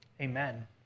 Amen